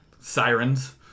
Sirens